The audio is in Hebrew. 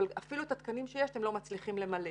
אבל אפילו את התקנים שיש אתם לא מצליחים למלא.